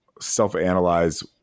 self-analyze